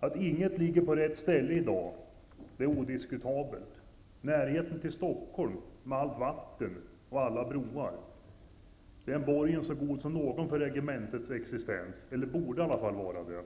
Att Ing 1 i dag ligger på rätt ställe är odiskutabelt. Närheten till Stockholm med allt vatten och alla broar är en borgen så god som någon för regementets existens, eller borde i alla fall vara det.